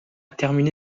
terminé